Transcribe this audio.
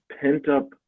pent-up